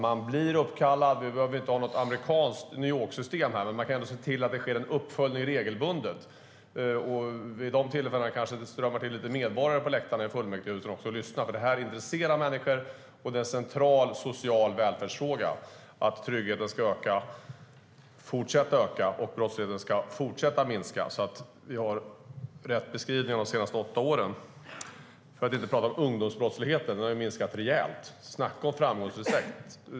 Vi behöver ju inte ha något amerikanskt New York-system här, men man kan ändå se till att det sker en uppföljning regelbundet. Vid de tillfällena kanske det också strömmar till lite medborgare på läktarna i fullmäktige för att lyssna. Det här intresserar människor, eftersom det är en central, social välfärdsfråga att tryggheten ska fortsätta öka och brottsligheten ska fortsätta minska. Det är den rätta beskrivningen av de senaste åtta åren - för att inte tala om ungdomsbrottsligheten. Den har minskat rejält - snacka om framgångsrecept!